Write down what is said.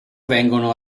vengono